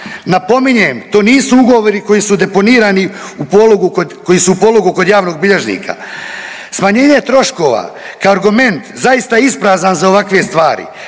Napominjem, to nisu ugovori koji su deponirani u pologu kod, koji su u pologu kod javnih bilježnika. Smanjenje troškova, kargoment zaista isprazan na ovakve stvari.